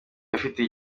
ifitiye